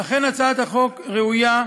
אכן הצעת החוק ראויה,